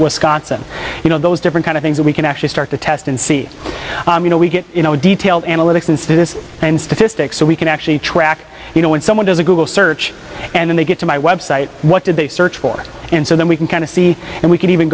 wisconsin you know those different kind of things that we can actually start to test and see you know we get you know detailed analytics and students and statistics so we can actually track you know when someone does a google search and they get to my website what did search for and so then we can kind of see and we can even